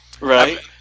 Right